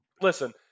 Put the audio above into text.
Listen